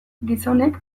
gizonek